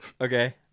Okay